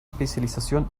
especialización